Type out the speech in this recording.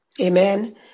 amen